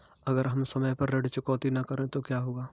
अगर हम समय पर ऋण चुकौती न करें तो क्या होगा?